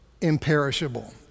imperishable